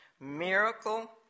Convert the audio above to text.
Miracle